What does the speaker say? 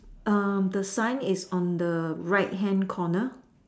the sign is on the right hand corner